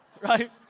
Right